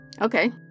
Okay